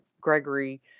Gregory